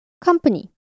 Company